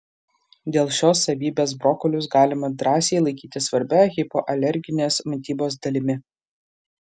dėl šios savybės brokolius galima drąsiai laikyti svarbia hipoalerginės mitybos dalimi